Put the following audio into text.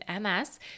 MS